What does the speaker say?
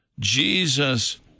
Jesus